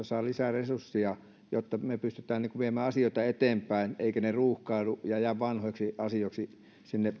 saa lisää resursseja jotta me pystymme viemään asioita eteenpäin eivätkä ne ruuhkaudu ja jää vanhoiksi asioiksi